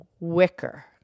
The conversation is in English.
wicker